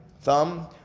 thumb